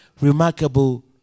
remarkable